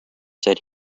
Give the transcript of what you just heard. said